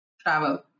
Travel